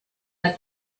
that